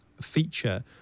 feature